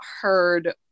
heard